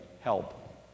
Help